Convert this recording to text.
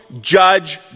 judge